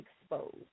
exposed